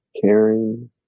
caring